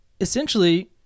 essentially